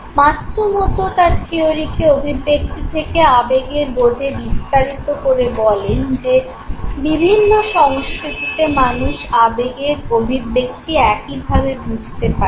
Matsumoto তার থিয়োরিকে অভিব্যক্তি থেকে আবেগের বোধে বিস্তারিত করে বলেন যে বিভিন্ন সংস্কৃতিতে মানুষ আবেগের অভিব্যক্তি একই ভাবে বুঝতে পারে